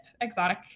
exotic